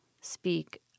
speak